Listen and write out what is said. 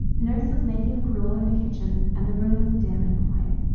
nurse was making gruel in the kitchen, and the room was dim and quiet.